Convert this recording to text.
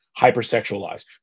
hypersexualized